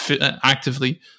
actively